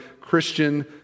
Christian